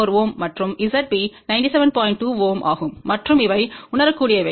2 Ω ஆகும் மற்றும் இவை உணரக்கூடியவை